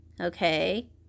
okay